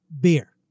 beer